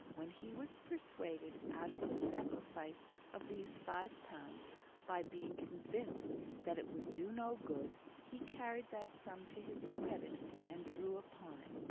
when he was persuaded out of the sacrifice of these five pounds by being convinced that it would do no good, he carried that sum to his credit and drew upon it.